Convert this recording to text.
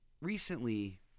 recently